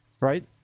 right